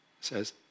says